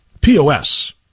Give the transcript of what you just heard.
POS